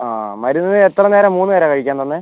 അതെ മരുന്ന് എത്ര നേരാ മൂന്ന്നേരാ കഴിക്കാൻ തന്നേ